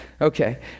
Okay